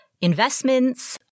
investments